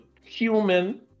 human